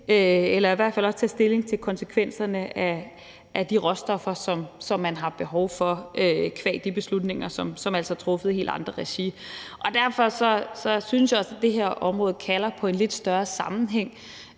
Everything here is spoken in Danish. der så skal tage stilling til konsekvenserne i forhold til de råstoffer, som man har behov for qua de beslutninger, som altså er truffet i et helt andet regi. Derfor synes jeg også, at det her område kalder på en lidt større sammenhæng,